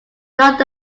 not